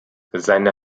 seine